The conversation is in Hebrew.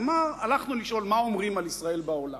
ואמר: הלכנו לשאול מה אומרים על ישראל בעולם.